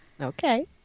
Okay